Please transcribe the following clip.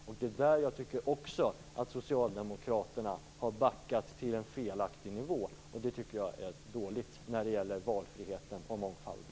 Där tycker jag också att Socialdemokraterna har backat till en felaktig nivå, och det tycker jag är dåligt med tanke på valfriheten och mångfalden.